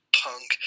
punk